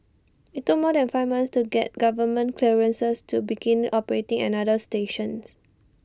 IT took more than five months to get government clearances to begin operating another stations